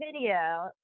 video